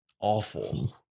awful